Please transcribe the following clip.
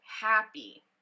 happy